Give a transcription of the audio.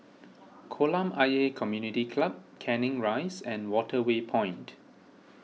Kolam Ayer Community Club Canning Rise and Waterway Point